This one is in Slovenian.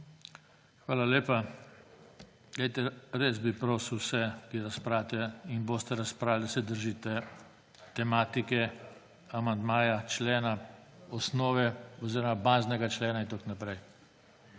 Hvala lepa. Res bi prosil vse, ki razpravljate in boste razpravljali, da se držite tematike amandmaja, člena, osnove oziroma baznega člena in tako naprej.